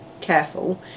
careful